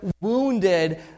wounded